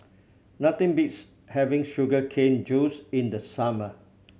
nothing beats having sugar cane juice in the summer